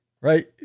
right